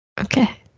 Okay